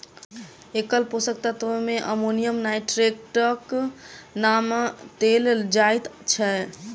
एकल पोषक तत्व मे अमोनियम नाइट्रेटक नाम लेल जाइत छै